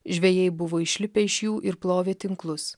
žvejai buvo išlipę iš jų ir plovė tinklus